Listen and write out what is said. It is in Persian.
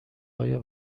ایا